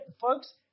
folks